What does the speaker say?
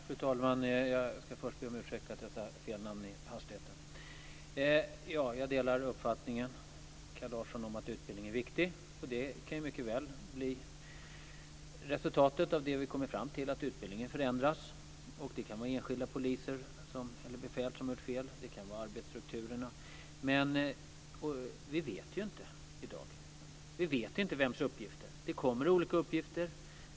Fru talman! Jag ska först be om ursäkt för att jag sade fel namn i hastigheten. Jag delar Kalle Larssons uppfattning om att utbildning är viktig. Resultatet av det vi kommer fram till kan mycket väl bli att utbildningen förändras. Det kan vara enskilda poliser eller befäl som har gjort fel. Det kan vara arbetsstrukturerna som är fel, men vi vet inte det i dag. Vi vet inte vems uppgifter vi ska tro på. Det kommer olika uppgifter.